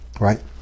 right